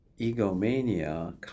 egomania